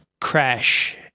crash